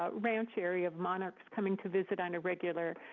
ah ranch area, of monarchs coming to visit on a regular